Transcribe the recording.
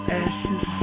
ashes